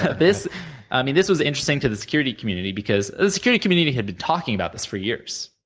this i mean this was interesting to the security community, because the security community had been talking about this for years,